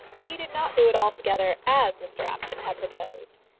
but he did not do it altogether as mr apjohn had proposed.